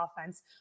offense